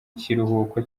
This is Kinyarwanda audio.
kiruhuko